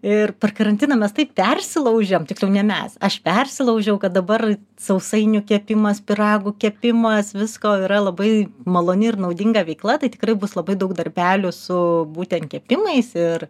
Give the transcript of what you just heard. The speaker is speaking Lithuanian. ir per karantiną mes taip persilaužėm tiksliau ne mes aš persilaužiau kad dabar sausainių kepimas pyragų kepimas visko yra labai maloni ir naudinga veikla tai tikrai bus labai daug darbelių su būtent kepimais ir